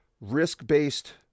risk-based